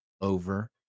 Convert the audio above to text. over